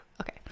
Okay